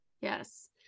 Yes